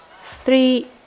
three